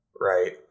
Right